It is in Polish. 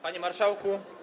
Panie Marszałku!